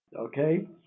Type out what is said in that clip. Okay